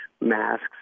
masks